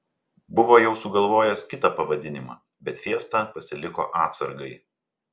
buvo jau sugalvojęs kitą pavadinimą bet fiestą pasiliko atsargai